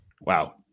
Wow